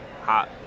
hot